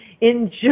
enjoy